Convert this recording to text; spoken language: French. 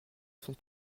sont